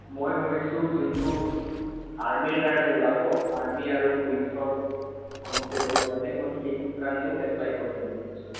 মই ভাবিছোঁ যোনটো আৰ্মীৰ কাৰণে ওলাব আৰ্মী আৰু পুলিচৰ কনষ্টেবলৰ কাৰণে মই সেইটো কাৰণেও এপ্পলাই কৰিম বুলি ভাবিছোঁ